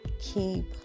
keep